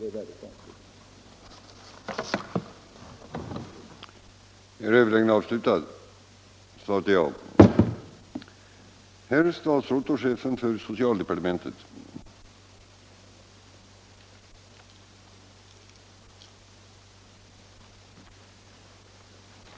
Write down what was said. Det är väldigt konstigt.